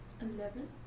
Eleven